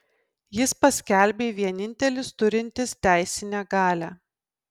jis paskelbė vienintelis turintis teisinę galią